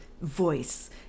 voice